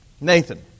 Nathan